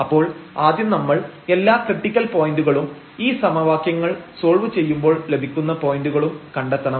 അപ്പോൾ ആദ്യം നമ്മൾ എല്ലാ ക്രിട്ടിക്കൽ പോയന്റുകളും ഈ സമവാക്യങ്ങൾ സോൾവ് ചെയ്യുമ്പോൾ ലഭിക്കുന്ന പോയന്റുകളും കണ്ടെത്തണം